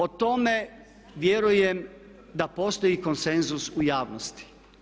O tome vjerujem da postoji i konsenzus u javnosti.